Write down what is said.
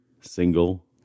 single